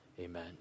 Amen